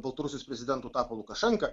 baltarusijos prezidentu tapo lukašenka